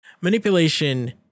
Manipulation